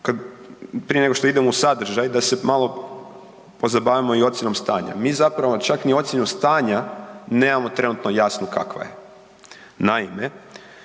prije nego što idem u sadržaj da se malo pozabavimo i ocjenom stanja. Mi čak ni ocjenu stanja nemamo trenutno jasnu kakva je. Naime,